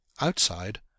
Outside